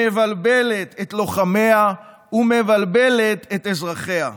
מבלבלת את לוחמיה ומבלבלת את אזרחיה.